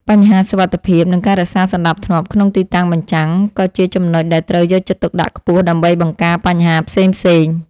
បញ្ហាសុវត្ថិភាព និងការរក្សាសណ្ដាប់ធ្នាប់ក្នុងទីតាំងបញ្ចាំង ក៏ជាចំណុចដែលត្រូវយកចិត្តទុកដាក់ខ្ពស់ដើម្បីបង្ការបញ្ហាផ្សេងៗ។